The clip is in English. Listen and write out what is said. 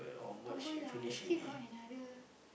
what October lah I still got another